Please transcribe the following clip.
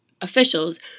officials